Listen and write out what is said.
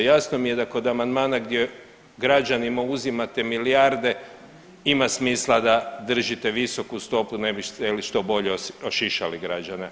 Jasno mi je da kod amandmana gdje građanima uzimate milijarde ima smisla da držite visoku stopu ne biste li što bolje ošišali građane.